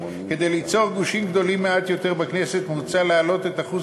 כדי ליצור גושים גדולים מעט יותר בכנסת מוצע להעלות את אחוז